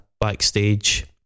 backstage